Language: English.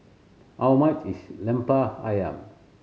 how much is Lemper Ayam